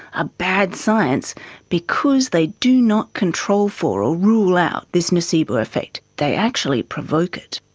ah bad science because they do not control for or rule out this nocebo effect, they actually provoke it.